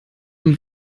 dem